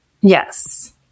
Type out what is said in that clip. Yes